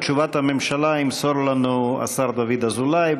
את תשובת הממשלה ימסור לנו השר דוד אזולאי.